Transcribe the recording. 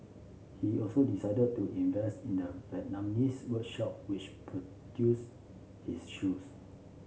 he also decided to invest in the Vietnamese workshop which produced his shoes